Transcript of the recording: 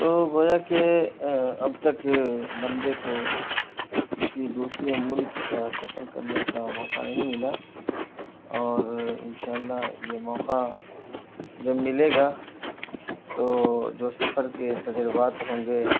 تو گویا کہ اب تک بندے کو کسی دوسرے ملک کا سفر کرنے کا موقع نہیں ملا اور ان شاء اللہ یہ موقع جب ملے گا تو جو سفر کے تجربات ہوں گے